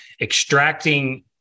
Extracting